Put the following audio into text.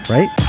Right